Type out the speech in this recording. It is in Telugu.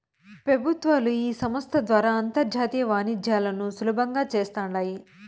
పెబుత్వాలు ఈ సంస్త ద్వారా అంతర్జాతీయ వాణిజ్యాలను సులబంగా చేస్తాండాయి